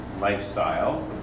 lifestyle